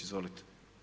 Izvolite.